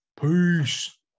Peace